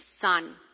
son